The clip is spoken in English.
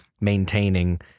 maintaining